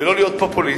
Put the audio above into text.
ולא להיות פופוליסט.